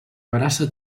abraça